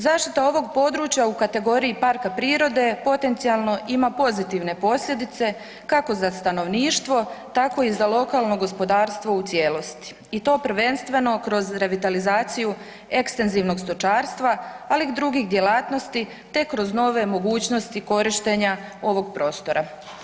Zaštita ovog područja u kategoriji parka prirode potencijalno ima pozitivne posljedice kako za stanovništvo tako i za lokalno gospodarstvo u cijelosti i to prvenstveno kroz revitalizaciju ekstenzivnog stočarstva ali i drugih djelatnosti te kroz nove mogućnost korištenja ovog prostora.